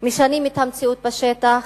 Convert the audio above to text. משנים את המציאות בשטח,